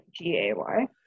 G-A-Y